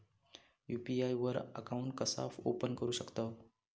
UPI वर account कसा open करू शकतव?